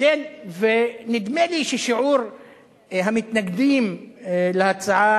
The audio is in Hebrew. ונדמה לי ששיעור המתנגדים להצעה